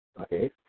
okay